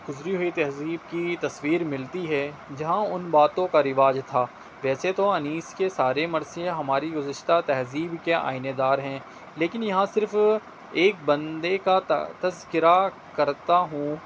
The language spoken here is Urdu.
گزری ہوئی تہذیب کی تصویر ملتی ہے جہاں ان باتوں کا رواج تھا ویسے تو انیس کے سارے مرثیے ہماری گزشتہ تہذیب کے آئینےدار ہیں لیکن یہاں صرف ایک بندے کا تذکرہ کرتا ہوں